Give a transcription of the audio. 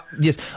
Yes